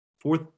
Fourth